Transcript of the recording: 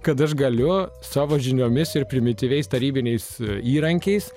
kad aš galiu savo žiniomis ir primityviais tarybiniais įrankiais